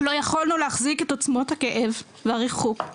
לא יכולנו להחזיק את עוצמות הכאב והריחוק,